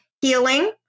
healing